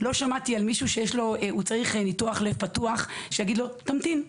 לא שמעתי על מישהו שצריך ניתוח לב פתוח שאומרים לו תמתין.